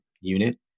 unit